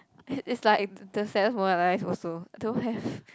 it it's like the saddest moment of my life also don't have